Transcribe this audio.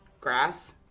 grass